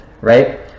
right